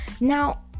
Now